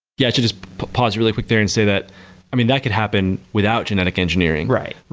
yeah. just pause really quick there and say that i mean, that could happen without genetic engineering, right?